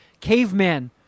Caveman